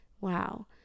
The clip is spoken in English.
wow